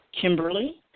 Kimberly